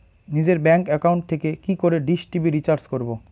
নিজের bank account থেকে কি করে ডিশ টি.ভি রিচার্জ করবো?